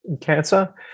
cancer